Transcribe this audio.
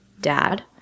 Dad